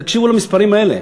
תקשיבו למספרים האלה,